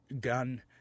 gun